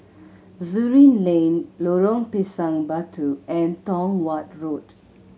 Surin Lane Lorong Pisang Batu and Tong Watt Road